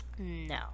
No